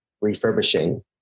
refurbishing